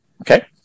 Okay